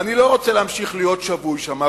ואני לא רוצה להמשיך להיות שבוי שם,